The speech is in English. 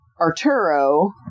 arturo